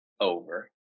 over